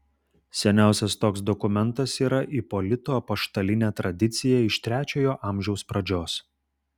seniausias toks dokumentas yra ipolito apaštalinė tradicija iš trečiojo amžiaus pradžios